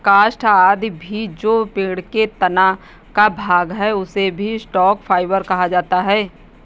काष्ठ आदि भी जो पेड़ के तना का भाग है, उसे भी स्टॉक फाइवर कहा जाता है